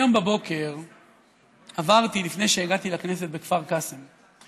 היום בבוקר עברתי, לפני שהגעתי לכנסת, בכפר קאסם.